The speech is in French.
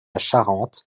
charente